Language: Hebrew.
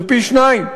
זה פי-שניים.